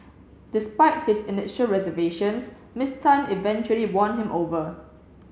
despite his initial reservations Miss Tan eventually won him over